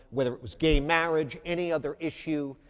whether it was gay marriage, any other issue,